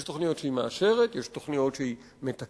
יש תוכניות שהיא מאשרת, יש תוכניות שהיא מתקנת.